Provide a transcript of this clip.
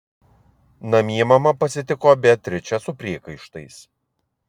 namie mama pasitiko beatričę su priekaištais